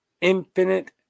infinite